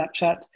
Snapchat